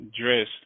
dress